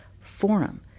forum